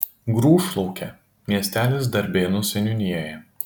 grūšlaukė miestelis darbėnų seniūnijoje